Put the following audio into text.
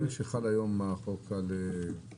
אלה שחל עליהם עכשיו חוק הפיקדון,